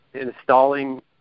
installing